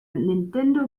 nintendo